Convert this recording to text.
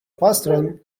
pastron